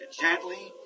gently